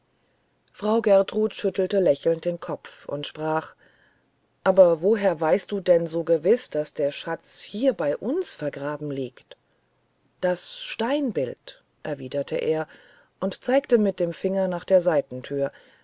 frau gertrud schüttelte lächelnd den kopf und sprach aber woher weißt du denn so gewiß daß der schatz hier bei uns vergraben liegt das steinbild erwiderte er und zeigte mit dem finger nach der seitentür